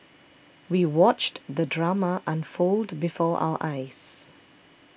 we watched the drama unfold before our eyes